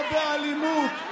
לא באלימות.